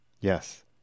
Yes